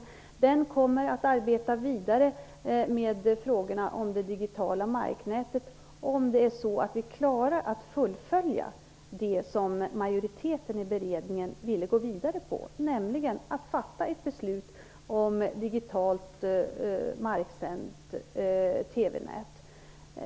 Den här beredningen kommer att arbeta vidare med frågorna om det digitala marknätet, om vi klarar att fullfölja det som majoriteten i beredningen ville gå vidare med, nämligen att fatta ett beslut om ett digitalt marksänt TV-nät.